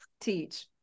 teach